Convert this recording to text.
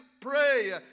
pray